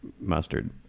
mustard